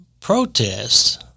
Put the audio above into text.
protests